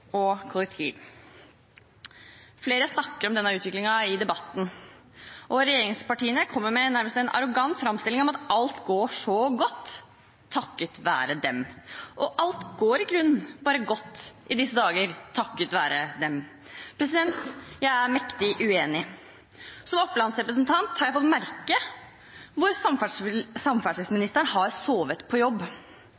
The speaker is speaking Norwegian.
Flere har snakket om denne utviklingen i debatten. Regjeringspartiene kommer med en nærmest arrogant framstilling om at alt går så godt takket være dem, og at alt går i grunnen bare godt i disse dager takket være dem. Jeg er mektig uenig. Som Opplands-representant har jeg fått merke hvor